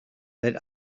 that